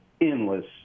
endless